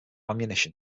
ammunition